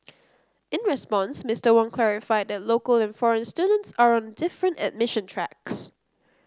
in response Mister Wong clarified that local and foreign students are on different admission tracks